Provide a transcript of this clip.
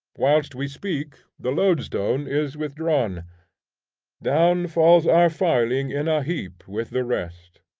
whilst we speak the loadstone is withdrawn down falls our filing in a heap with the rest,